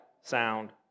sound